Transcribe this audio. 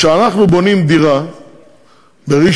כשאנחנו בונים דירה בראשון,